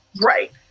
Right